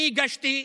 הגשתי הסתייגות,